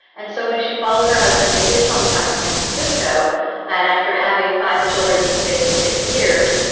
and so when she followed her husband to his hometown of san francisco and after having five children in the space of six years,